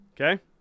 Okay